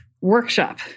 workshop